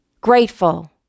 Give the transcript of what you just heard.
grateful